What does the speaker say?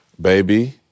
baby